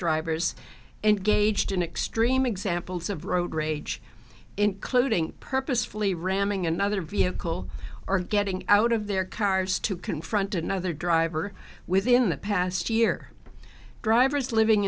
drivers engaged in extreme examples of road rage including purposefully ramming another vehicle or getting out of their cars to confront another driver within the past year drivers living